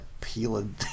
peeling